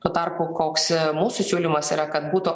tuo tarpu koks mūsų siūlymas yra kad būtų